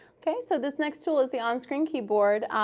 okay? so this next tool is the onscreen keyboard.